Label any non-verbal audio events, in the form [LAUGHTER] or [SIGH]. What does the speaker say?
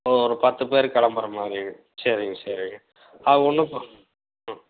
ஒ ஒரு பத்து பேர் கிளம்புறா மாதிரிங்க சரிங்க சரிங்க அது ஒன்றும் [UNINTELLIGIBLE] ம்